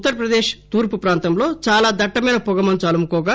ఉత్తరప్రదేశ్ తూర్పు ప్రాంతంలో చాలా దట్టమైన హొగమంచు అలుముకోగా